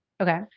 okay